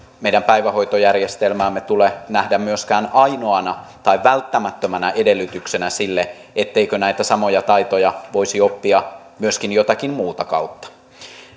meidän päivähoitojärjestelmäämme tule nähdä myöskään ainoana tai välttämättömänä edellytyksenä sille etteikö näitä samoja taitoja voisi oppia myöskin jotakin muuta kautta